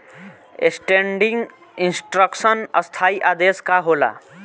Standing instruction स्थाई आदेश का होला?